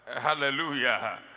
Hallelujah